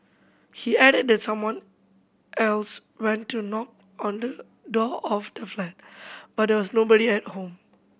he added that someone else went to knock on the door of the flat but there was nobody at home